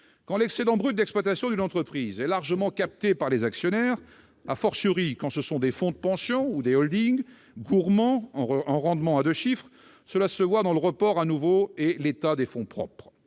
Quand l'excédent brut d'exploitation d'une entreprise est largement capté par ses actionnaires, quand ce sont des fonds de pension ou des holdings gourmands en rendements à deux chiffres, cela se voit dans le report à nouveau et l'état des fonds propres.